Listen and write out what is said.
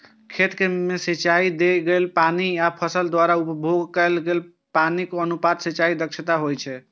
खेत मे सिंचाइ सं देल गेल पानि आ फसल द्वारा उपभोग कैल पानिक अनुपात सिंचाइ दक्षता होइ छै